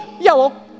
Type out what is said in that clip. yellow